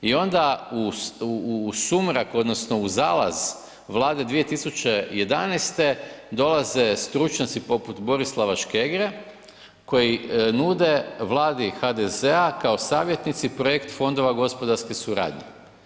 I onda u sumrak odnosno u zalaz vlade 2011. dolaze stručnjaci poput Borislava Škegre koji nude vladi HDZ-a kao savjetnici projekt fondova gospodarske suradnje.